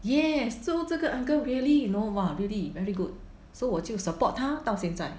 yes so 这个 uncle really you know !wah! really very good so 我就 support 他到现在